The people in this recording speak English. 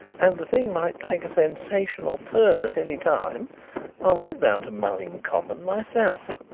and the thing might take a sensational turn at any time i went down to mulling common myself.